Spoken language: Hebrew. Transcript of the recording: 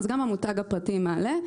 גם המותג הפרטי מעלה.